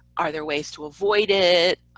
are there ways to avoid it?